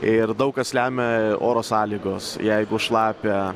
ir daug kas lemia oro sąlygos jeigu šlapia